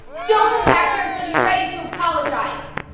don't come back here until you're ready to apologize.